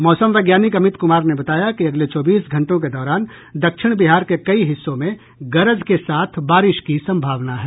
मौसम वैज्ञानिक अमित कुमार ने बताया कि अगले चौबीस घंटों के दौरान दक्षिण बिहार के कई हिस्सों में गरज के साथ बारिश की संभावना है